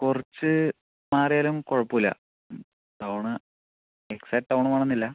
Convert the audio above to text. കുറച്ച് മാറിയാലും കുഴപ്പമില്ല ടൗൺ എക്സാക്ട് ടൗൺ വേണമെന്നില്ല